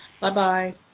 Bye-bye